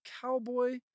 cowboy